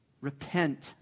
Repent